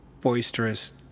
boisterous